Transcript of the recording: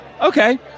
Okay